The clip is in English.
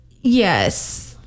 yes